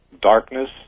darkness